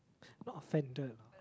not offended lah